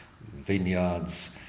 vineyards